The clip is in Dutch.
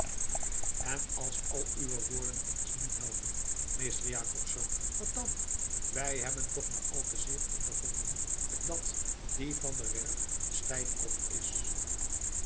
en als al uwe woorden eens niet helpen meester jacobsz wat dan wij hebben toch maar al te zeer ondervonden dat die van der werff een stijfkop is